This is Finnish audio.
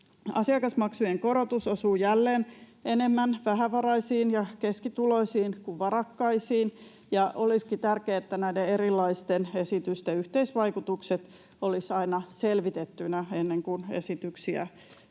Asiakasmaksujen korotus osuu jälleen enemmän vähävaraisiin ja keskituloisiin kuin varakkaisiin. Olisikin tärkeää, että näiden erilaisten esitysten yhteisvaikutukset olisivat aina selvitettyinä ennen kuin esityksiä tänne